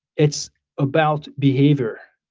it's about behavior.